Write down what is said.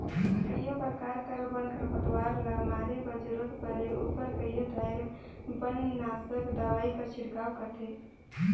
कइयो परकार कर बन, खरपतवार ल मारे बर जरूरत परे उपर कइयो धाएर बननासक दवई कर छिड़काव करथे